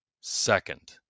second